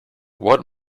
what